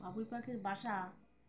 বাবুই পাখির বাসা